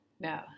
No